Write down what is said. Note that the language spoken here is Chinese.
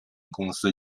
公司